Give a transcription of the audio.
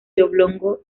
oblongo